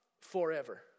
Forever